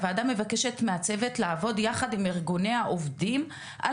הוועדה מבקשת מהצוות לעבוד יחד עם ארגוני העובדים על